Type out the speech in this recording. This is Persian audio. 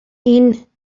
این